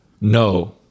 No